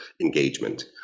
engagement